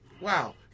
Wow